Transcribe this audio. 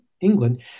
England